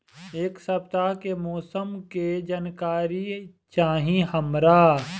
एक सपताह के मौसम के जनाकरी चाही हमरा